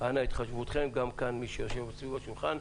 אנא התחשבותכם, גם מי שיושב כאן סביב השולחן.